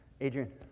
Adrian